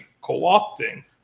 co-opting